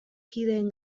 kideen